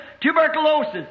tuberculosis